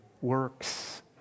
works